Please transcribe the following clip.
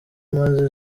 maze